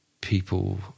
people